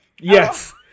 Yes